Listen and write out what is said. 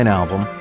album